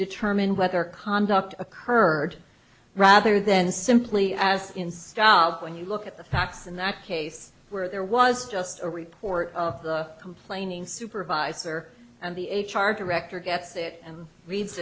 determine whether conduct occurred rather than simply as in style when you look at the facts in that case where there was just a report of the complaining supervisor and the h r director gets it and reads